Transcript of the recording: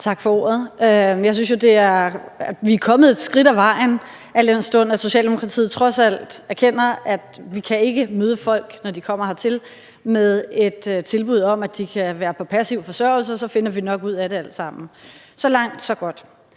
Tak for ordet. Jeg synes jo, vi er kommet et skridt ad vejen, al den stund at Socialdemokratiet trods alt erkender, at vi ikke kan møde folk, når de kommer hertil, med et tilbud om, at de kan være på passiv forsørgelse, og så sige, at vi nok finder ud af det alt sammen. Så langt, så godt.